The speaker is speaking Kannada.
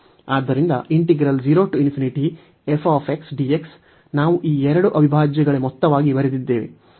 ಆದ್ದರಿಂದ ನಾವು ಈ ಎರಡು ಅವಿಭಾಜ್ಯಗಳ ಮೊತ್ತವಾಗಿ ಬರೆದಿದ್ದೇವೆ ಮತ್ತು